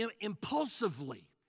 impulsively